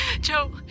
joe